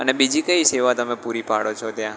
અને બીજી કઈ સેવા તમે પૂરી પાડો છો ત્યાં